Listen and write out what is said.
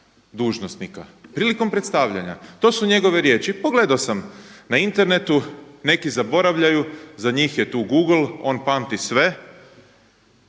prilikom predstavljanja. To su njegove riječi. Pogledao sam na internetu, neki zaboravljaju, za njih je tu google, on pamti sve.